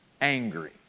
angry